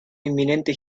inminente